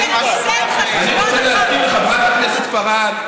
אני רוצה להזכיר לחברת הכנסת פארן,